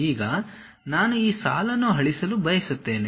ಈಗ ನಾನು ಈ ಸಾಲನ್ನು ಅಳಿಸಲು ಬಯಸುತ್ತೇನೆ